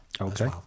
okay